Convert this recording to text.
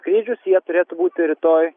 skrydžius jie turėtų būti rytoj